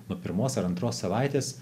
nuo pirmos ar antros savaitės